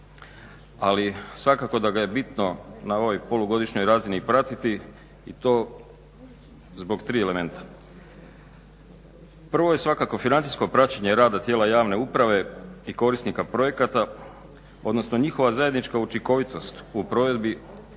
Ali svakako da ga je bitno na ovoj polugodišnjoj razini pratiti i to zbog tri elementa. Prvo je svakako financijsko praćenje rada tijela javne uprave i korisnika projekata, odnosno njihova zajednička učinkovitost u provedbi